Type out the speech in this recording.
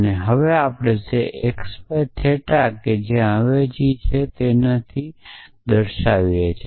અને હવે આપણી પાસે xy થીટા છે જ્યાં થીટા અવેજી છે